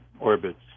orbits